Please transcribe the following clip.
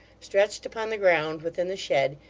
stretched upon the ground within the shed,